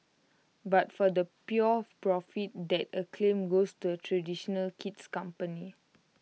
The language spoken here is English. but for the pure profit that acclaim goes to A traditional kid's company